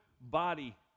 body